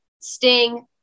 Sting